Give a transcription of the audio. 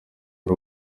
ari